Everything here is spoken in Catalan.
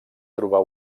trobar